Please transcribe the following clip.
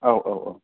औ औ औ